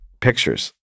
pictures